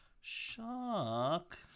Shark